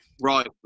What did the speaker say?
Right